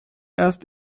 erst